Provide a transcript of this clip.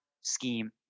scheme